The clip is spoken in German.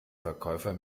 verkäufer